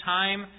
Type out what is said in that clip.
time